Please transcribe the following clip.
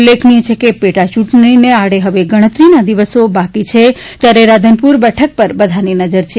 ઉલ્લેખનિય છે કે પેટા ચૂંટણીને આડે હવે ગણતરીના દિવસો બાકી છે ત્યારે રાધનપુર બેઠક પર બધાની નજર છે